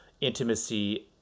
intimacy